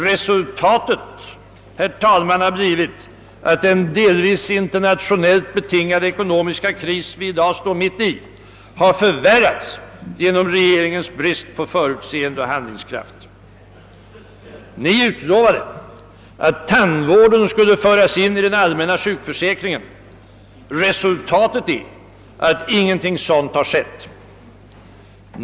Resultatet, herr talman, har blivit att den delvis internationellt betingade ekonomiska kris, som vi i dag står mitt i, har förvärrats genom regeringens brist på förutseende och handlingskraft. Ni utlovade att tandvården skulle föras in i den allmänna sjukförsäkringen. Resultatet är att ingenting sådant har skett.